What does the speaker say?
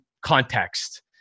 context